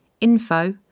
info